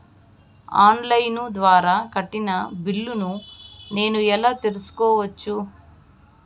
On line ద్వారా కట్టిన బిల్లును నేను ఎలా తెలుసుకోవచ్చు?